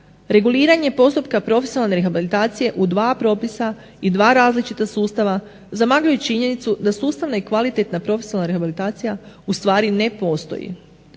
Reguliranje postupka profesionalne rehabilitacije u dva propisa i dva različita sustava zamagljuju činjenicu da sustavna i kvalitetna profesionalna rehabilitacija u stvari ne postoji.